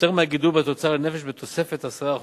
יותר מהגידול בתוצר לנפש בתוספת 10%,